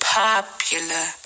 popular